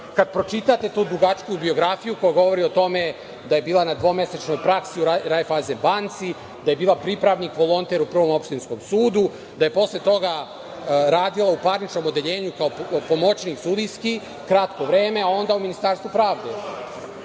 Kad pročitate tu dugačku biografiju, koja govori o tome da je bila na dvomesečnoj praksi u Rajfajzen banci, da je bila pripravnik volonter u Prvom opštinskom sudu, da je posle toga radila u parničnom odeljenju kao pomoćnik sudijski kratko vreme, a onda u Ministarstvu pravde.